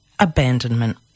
Abandonment